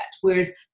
Whereas